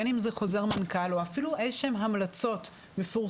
בין אם זה חוזר מנכ"ל או אפילו אילו שהן המלצות מפורסמות,